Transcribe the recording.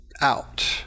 out